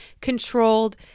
controlled